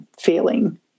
feeling